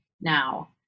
now